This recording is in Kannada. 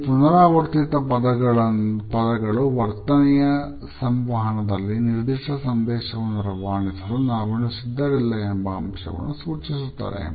ಈ ಪುನರಾವರ್ತಿತ ಪದಗಳು ವರ್ತನೆಯ ಸಂವಹನದಲ್ಲಿ ನಿರ್ದಿಷ್ಟ ಸಂದೇಶವನ್ನು ರವಾನಿಸಲು ನಾವಿನ್ನು ಸಿದ್ಧರಿಲ್ಲ ಎಂಬ ಅಂಶವನ್ನು ಸೂಚಿಸುತ್ತದೆ